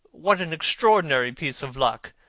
what an extraordinary piece of luck!